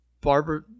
barbara